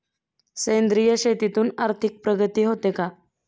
सेंद्रिय शेतीतून आर्थिक प्रगती होते का?